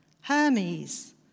Hermes